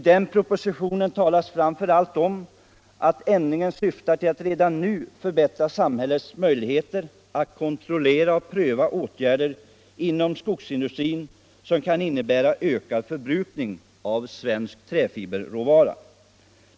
Den i propositionen föreslagna ändringen syftar framför allt till att redan nu förbättra samhällets möjligheter att kontrollera och pröva åtgärder inom skogsindustrin vilka kan innebära ökad förbrukning av svensk träfiberråvara.